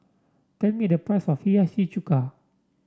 tell me the price of Hiyashi Chuka